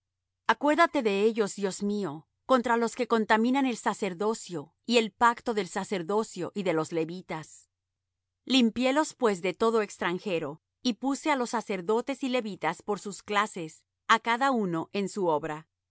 acuérdate de ellos dios mío contra los que contaminan el sacerdocio y el pacto del sacerdocio y de los levitas limpiélos pues de todo extranjero y puse á los sacerdotes y levitas por sus clases á cada uno en su obra